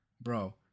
Bro